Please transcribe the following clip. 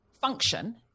function